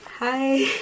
Hi